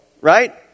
right